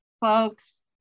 folks